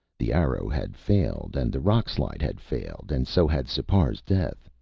the arrow had failed and the rockslide had failed and so had sipar's death.